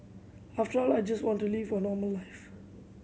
after all I just want to live a normal life